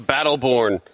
Battleborn